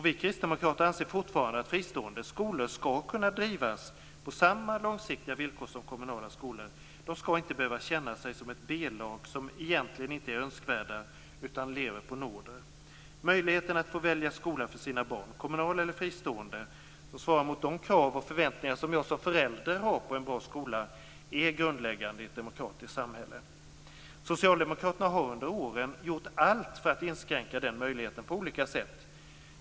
Vi kristdemokrater anser fortfarande att fristående skolor skall kunna drivas på samma långsiktiga villkor som kommunala skolor. De skall inte behöva känna sig som ett B-lag som egentligen inte är önskvärda utan lever på nåder. Möjligheten att få välja skola för sina barn, kommunal eller fristående, som svarar mot de krav och förväntningar som jag som förälder har på en bra skola är grundläggande i ett demokratiskt samhälle. Socialdemokraterna har under åren gjort allt för att inskränka den möjligheten på olika sätt.